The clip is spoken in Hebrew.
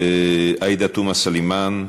עאידה תומא סלימאן,